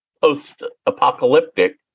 post-apocalyptic